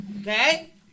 Okay